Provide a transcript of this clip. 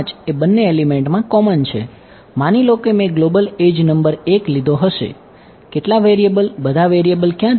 તેથી ડાબી બાજુ પર મને કેટલા વેરિએબલ મળ્યું છે